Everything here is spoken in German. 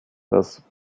das